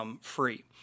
free